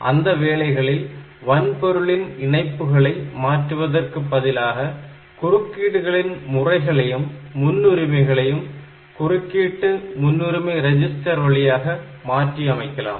அந்த வேளைகளில் வன்பொருளின் இணைப்புகளை மாற்றுவதற்குப் பதிலாக குறுக்கீடுகளின் முறைகளையும் முன்னுரிமைகளையும் interrupt pattern priority குறுக்கீடு முன்னுரிமை ரிஜிஸ்டர் வழியாக மாற்றி அமைக்கலாம்